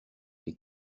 les